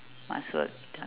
must work ah